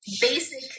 basic